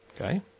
Okay